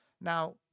Now